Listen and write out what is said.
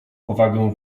powagę